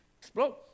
explode